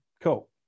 Cool